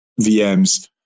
VMs